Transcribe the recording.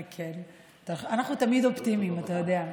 אנחנו תמיד אופטימיים, אתה יודע.